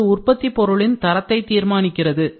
இது உற்பத்திப் பொருளின் தரத்தை தீர்மானிக்கிறது